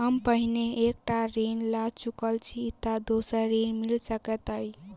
हम पहिने एक टा ऋण लअ चुकल छी तऽ दोसर ऋण मिल सकैत अई?